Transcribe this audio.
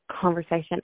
conversation